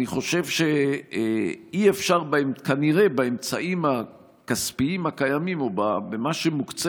אני חושב שאי-אפשר כנראה באמצעים הכספיים הקיימים או במה שמוקצה